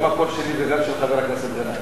גם הקול שלי וגם של חבר הכנסת גנאים.